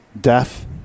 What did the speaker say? death